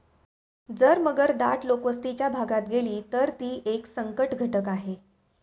जर मगर दाट लोकवस्तीच्या भागात गेली, तर ती एक संकटघटक आहे